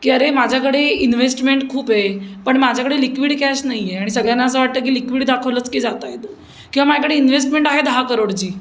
की अरे माझ्याकडे इन्व्हेस्टमेंट खूप आहे पण माझ्याकडे लिक्विड कॅश नाही आहे आणि सगळ्यांना असं वाटतं की लिक्विड दाखवलंच की जाता येतं किंवा माझ्याकडे इन्व्हेस्टमेंट आहे दहा करोडची